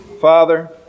Father